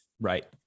right